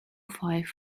five